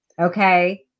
Okay